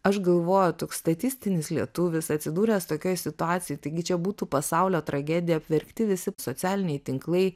aš galvoju toks statistinis lietuvis atsidūręs tokioj situacijoj taigi čia būtų pasaulio tragedija apverkti visi socialiniai tinklai